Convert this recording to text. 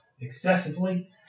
excessively